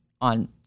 on